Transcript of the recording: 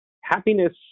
Happiness